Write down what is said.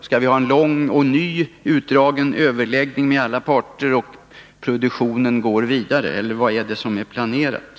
Skall det bli en ny lång utdragen överläggning med alla parter, medan produktionen går vidare? Eller vad är det som är planerat?